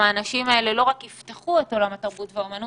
האנשים האלה לא רק יפתחו את עולם התרבות והאמנות,